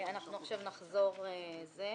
עמ'